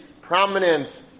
prominent